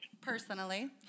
personally